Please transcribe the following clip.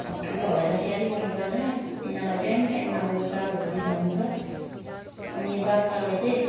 अब ठुलोहरलाई चाहिँ स्याहारिबस्नु पर्दैन तिनीहरूलाई टाइम टाइममा अब चारोहरू दिँदा हुन्छ अनि बाख्रालाई चाहिँ